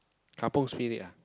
Kampung Spirit ah